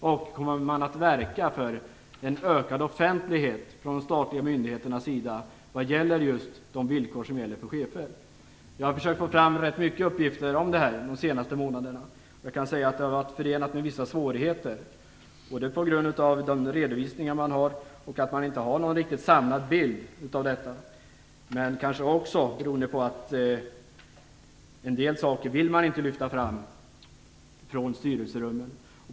Kommer man att verka för en ökad offentlighet från de statliga myndigheternas sida vad gäller just de villkor som gäller för chefer? Jag har de senaste månaderna försökt att få fram rätt många uppgifter. Det har varit förenat med vissa svårigheter på grund av de redovisningar som finns, på grund av att det inte finns någon samlad bild av detta, men kanske också beroende på att man från styrelserummen inte vill lyfta fram en del saker.